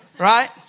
Right